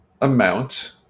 amount